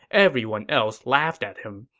everyone else laughed at him,